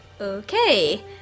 Okay